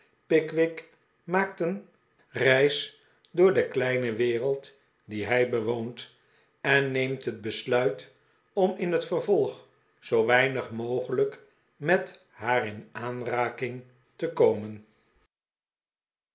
pickwick maakt een reis door de kleine wereld die hij bewoont en neemt het besluit om in het vervolg zoo weinig mogelijk met haar in aanraking te komen